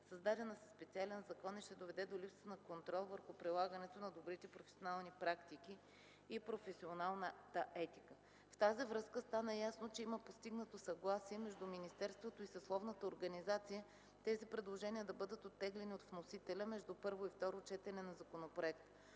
създадена със специален закон и ще доведе до липсата на контрол върху прилагането на добрите професионални практики и професионалната етика. В тази връзка стана ясно, че има постигнато съгласие между министерството и съсловната организация тези предложения да бъдат оттеглени от вносителя между първо и второ четене на законопроекта.